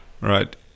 right